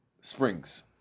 springs